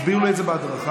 הסבירו את זה בהדרכה.